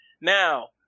now